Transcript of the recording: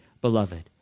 beloved